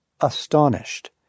Astonished